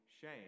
shame